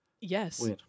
Yes